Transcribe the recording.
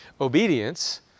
Obedience